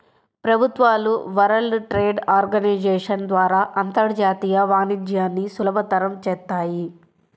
ప్రభుత్వాలు world trade organization ద్వారా అంతర్జాతీయ వాణిజ్యాన్ని సులభతరం చేత్తాయి